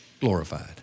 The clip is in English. glorified